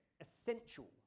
essential